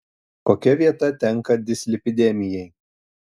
kokia vieta tenka dislipidemijai